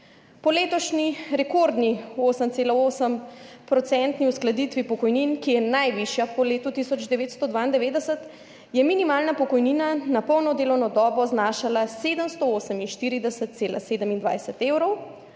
Po letošnji rekordni 8,8 procentni uskladitvi pokojnin, ki je najvišja po letu 1992, je minimalna pokojnina na polno delovno dobo znašala 748,27 evrov,